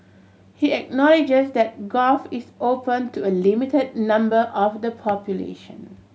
he acknowledges that golf is open to a limited number of the population